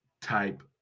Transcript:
type